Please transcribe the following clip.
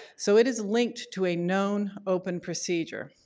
so it is linked to a known open procedure.